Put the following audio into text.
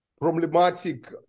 problematic